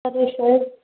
అదే సార్